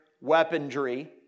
weaponry